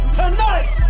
tonight